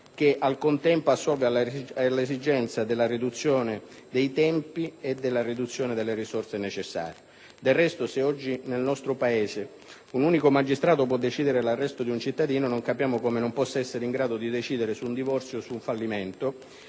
al contempo alle esigenze della riduzione dei tempi e della riduzione delle risorse necessarie. Del resto, se oggi nel nostro Paese un unico magistrato può decidere l'arresto di un cittadino, non capiamo come non possa essere in grado di decidere su un divorzio o su un fallimento.